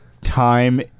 time